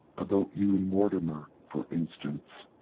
about you and mortimer, for instance.